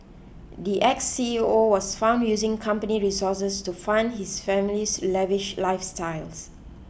the ex C E O was found using company resources to fund his family's lavish lifestyles